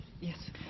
Yes